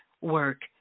work